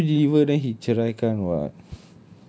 after the baby deliver then he ceraikan [what]